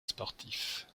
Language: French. sportif